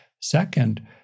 Second